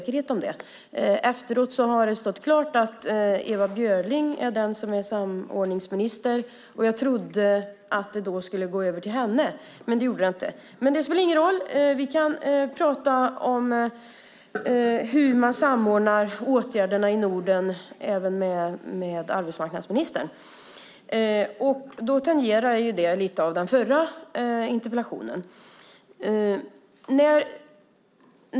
Efteråt har det stått klart att Ewa Björling är nordisk samordningsminister så jag trodde att interpellationen skulle lämnas över till henne. Men så blev det inte. Det spelar dock ingen roll. Vi kan prata om hur man samordnar åtgärderna i Norden även med arbetsmarknadsministern. Lite grann tangerar detta den förra interpellationen.